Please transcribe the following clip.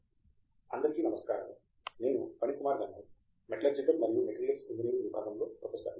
ఫణికుమార్ అందరికీ నమస్కారము నేను ఫణి కుమార్ గంధం మెటలర్జికల్ మరియు మెటీరియల్స్ ఇంజనీరింగ్ విభాగంలో ప్రొఫెసర్ ని